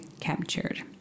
captured